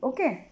Okay